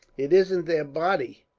it isn't their body,